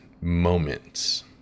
moments